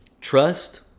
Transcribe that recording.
trust